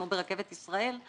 כמו ברכבת ישראל,